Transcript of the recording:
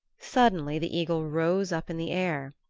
suddenly the eagle rose up in the air.